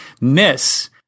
miss